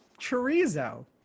chorizo